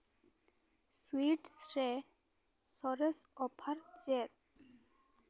sweets ᱨᱮ ᱥᱚᱨᱮᱥ offer ᱪᱮᱫ